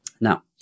Now